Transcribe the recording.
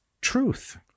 truth